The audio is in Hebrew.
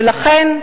ולכן,